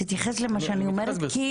תתייחס למה שאני אומרת,